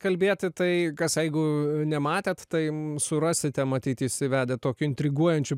kalbėti tai kas jeigu nematėt tai surasite matyt įsivedę tokiu intriguojančiu